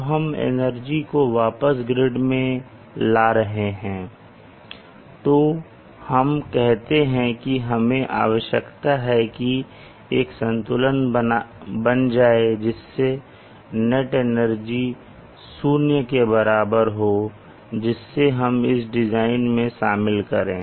अब जब हम एनर्जी को वापस ग्रिड में ला रहे हैं तो अब हम कहते हैं कि हमें आवश्यकता है की एक संतुलन बन जाए जिससे नेट एनर्जी 0 के बराबर हो और जिसे हम इस डिज़ाइन में शामिल करें